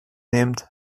nehmend